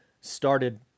started